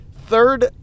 third